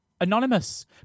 Anonymous